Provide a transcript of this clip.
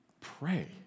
Pray